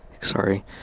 sorry